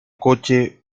coche